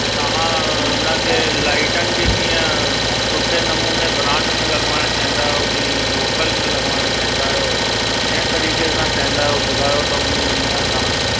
त तव्हां इन खे लाइटनि खे कीअं सुठे नमूने ब्रांड में लॻवाइण चाहींदा आहियो की लोकल में लॻवाइण चाहींदा आहियो कंहिं तरीक़े सां चाहींदा आहियो ॿुधायो त उन नमूने तव्हांखे